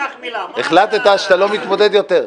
החלטת שאתה לא מתמודד יותר?